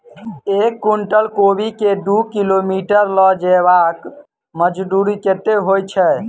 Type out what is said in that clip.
एक कुनटल कोबी केँ दु किलोमीटर लऽ जेबाक मजदूरी कत्ते होइ छै?